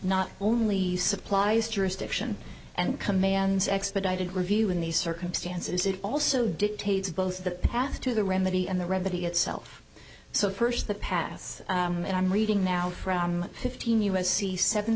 not only supplies jurisdiction and commands expedited review in these circumstances it also dictates both the path to the remedy and the remedy itself so first the pass and i'm reading now from fifteen u s c seven